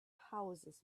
houses